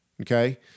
okay